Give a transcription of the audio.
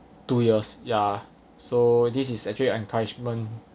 two years ya so this is actually encouragement